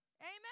Amen